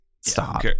Stop